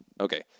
Okay